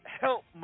help